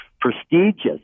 prestigious